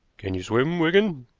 can you swim, wigan?